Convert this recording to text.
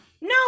no